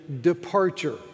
departure